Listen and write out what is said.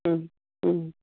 ও